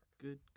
good